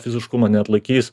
fiziškumo neatlaikys